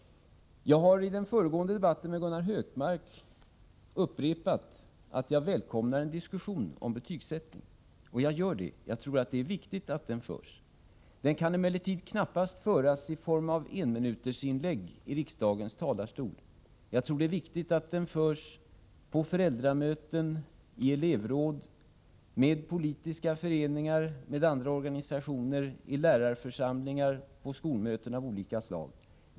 Jag har i föregående debatt med Gunnar Hökmark upprepat att jag välkomnar en diskussion om betygsättningen. Det gör jag — jag tror det är viktigt att den diskussionen förs. Den kan emellertid knappast föras i form av enminutersinlägg från riksdagens talarstol. Jag tror det är viktigt att den förs på föräldramöten, i elevråd, i politiska föreningar och andra organisationer, i lärarförsamlingar och på skolmöten av olika slag.